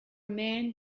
man